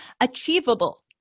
achievable